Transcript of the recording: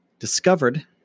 discovered